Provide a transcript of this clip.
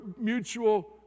mutual